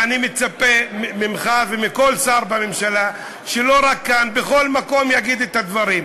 ואני מצפה ממך ומכל שר בממשלה שלא רק כאן אלא בכל מקום יגיד את הדברים,